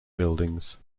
buildings